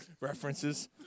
references